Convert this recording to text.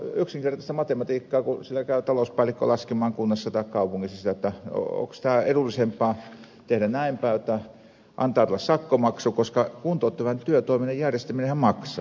se on yksinkertaista matematiikkaa kun siellä käy talouspäällikkö laskemaan kunnassa tai kaupungissa sitä että onko tämä edullisempaa tehdä näin päin antaa tulla sakkomaksu koska kuntouttavan työtoiminnan järjestäminenhän maksaa